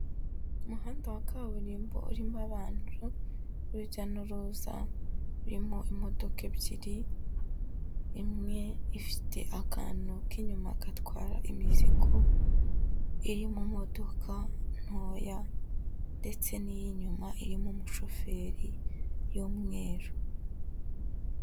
Umuhanda wa kaburimbo urimo abantu b'urujya n'uruza, urimo imodoka ebyiri, imwe ifite akantu k'inyuma gatwara imizigo, iri mu modoka ntoya ndetse n'iy'inyuma, irimo umushoferi y'umweru.